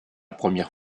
première